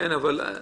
כמו שנאמר כאן,